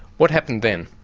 what happened then?